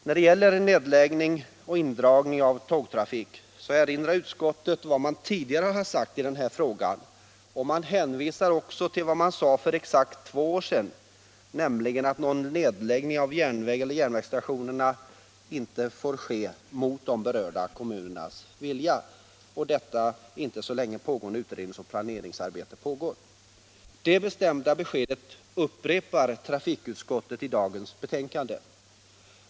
När det gäller nedläggning och indragning av tågtrafik erinrar utskottet om vad det tidigare har sagt i den frågan och hänvisar till vad utskottet anförde för exakt två år sedan, nämligen att någon nedläggning av järnväg eller järnvägsstationer inte får ske mot de berörda kommunernas vilja så länge utredningsoch planeringsarbete pågår. Det bestämda beskedet upprepar trafikutskottet i dagens betänkande.